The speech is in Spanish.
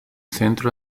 centro